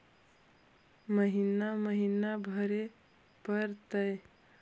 महिना महिना भरे परतैय?